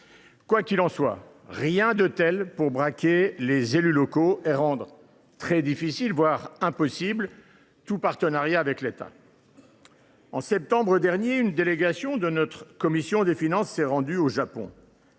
soit, il n’y avait rien de tel pour braquer les élus locaux et rendre très difficile, voire impossible, tout partenariat avec l’État. En septembre dernier, une délégation de notre commission des finances s’est rendue au Japon.